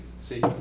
See